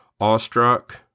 awestruck